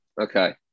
Okay